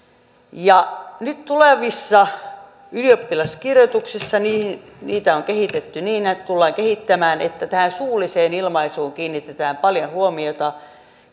nyt tulevissa ylioppilaskirjoituksissa sitä on kehitetty ja tullaan kehittämään niin että tähän suulliseen ilmaisuun kiinnitetään paljon huomiota